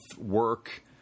work